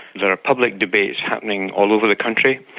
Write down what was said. there are public debates happening all over the country,